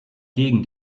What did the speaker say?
gegen